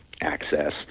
access